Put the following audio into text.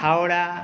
Howrah